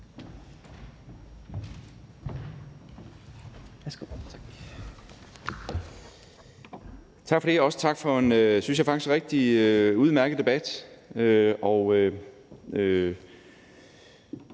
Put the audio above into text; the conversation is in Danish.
Tak for det, og også tak for en – synes jeg faktisk – rigtig udmærket debat,